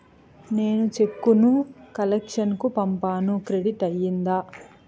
నేను చెక్కు ను కలెక్షన్ కు పంపాను క్రెడిట్ అయ్యిందా